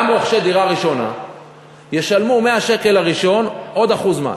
גם רוכשי דירה ראשונה ישלמו מהשקל הראשון עוד 1% מס.